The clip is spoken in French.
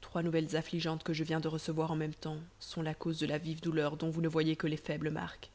trois nouvelles affligeantes que je viens de recevoir en même temps sont la juste cause de la vive douleur dont vous ne voyez que les faibles marques